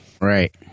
right